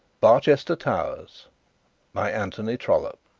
barchester towers by anthony trollope